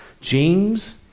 James